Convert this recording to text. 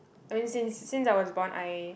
I mean since since I was born I